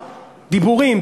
דיבורים,